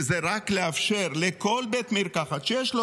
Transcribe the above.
וזה רק לאפשר לכל בית מרקחת שיש לו